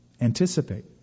Anticipate